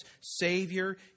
Savior